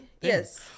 Yes